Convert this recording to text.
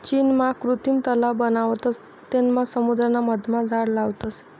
चीनमा कृत्रिम तलाव बनावतस तेनमा समुद्राना मधमा झाड लावतस